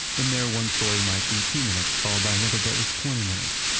in there one story might be two minutes followed by another that was twenty minutes.